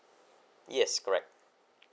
yes correct